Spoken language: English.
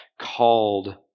called